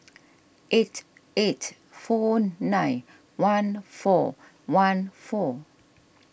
eight eight four nine one four one four